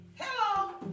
Hello